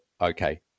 okay